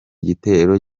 gitero